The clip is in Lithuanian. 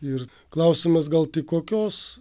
ir klausimas gal tik kokios